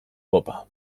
kopa